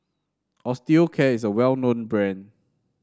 Osteocare is a well known brand